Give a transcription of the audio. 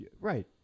Right